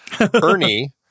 Ernie